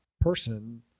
person